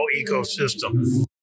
ecosystem